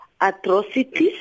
atrocities